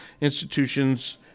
institutions